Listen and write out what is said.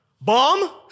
bomb